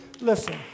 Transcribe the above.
listen